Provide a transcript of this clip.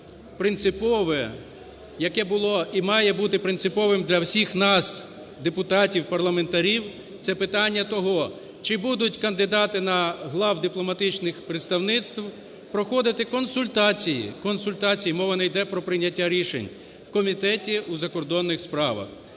принципове, яке було і має бути принциповим для всіх нас депутатів-парламентарів, це питання того, чи будуть кандидати на глав дипломатичних представництв проходити консультації. Консультації, мова не йде про прийняття рішень у Комітеті у закордонних справах,